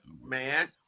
man